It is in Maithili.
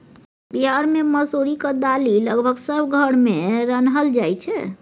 बिहार मे मसुरीक दालि लगभग सब घर मे रान्हल जाइ छै